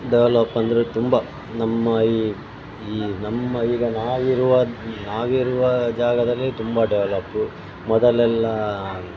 develop ಅಂದರೆ ತುಂಬ ನಮ್ಮ ಈ ಈ ನಮ್ಮ ಈಗ ನಾವಿರುವ ನಾವಿರುವ ಜಾಗದಲ್ಲಿ ತುಂಬ ಡೆವಲಪ್ ಮೊದಲೆಲ್ಲ